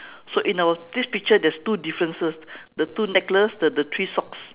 so in our this picture there's two differences the two necklace the the three socks